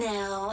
Now